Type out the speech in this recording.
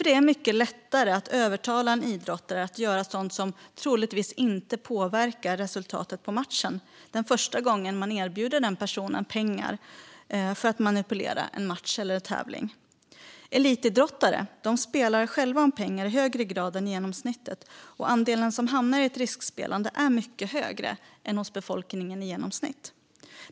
Det är mycket lättare att övertala en idrottare att göra sådant som troligtvis inte påverkar resultatet i matchen första gången man erbjuder personen pengar för att manipulera en match eller tävling. Elitidrottare spelar själva om pengar i högre grad än genomsnittet, och andelen som hamnar i ett riskspelande är mycket högre än hos befolkningen i genomsnitt.